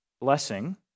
blessing